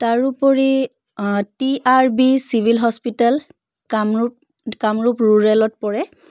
তাৰোপৰি T R B civil hospital Kamrup Kamrup ৰুৰেলত পৰে